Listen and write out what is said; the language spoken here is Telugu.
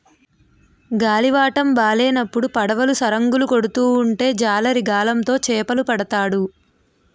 గాలివాటము బాలేనప్పుడు పడవలు సరంగులు కొడుతూ ఉంటే జాలరి గాలం తో చేపలు పడతాడు